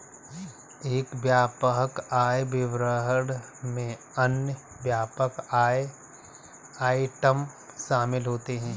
एक व्यापक आय विवरण में अन्य व्यापक आय आइटम शामिल होते हैं